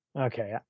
okay